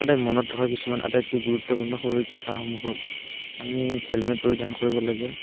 সদায় মনত ৰখা কিছুমান আটাইতকৈ গুৰুত্বপূৰ্ণ সুৰক্ষাসমূহ হ'ল আমি হেলমেট পৰিধান কৰিব লাগে